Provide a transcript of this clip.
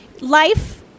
life